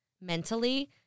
mentally